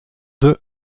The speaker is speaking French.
deux